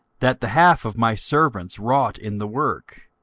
that the half of my servants wrought in the work,